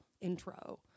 intro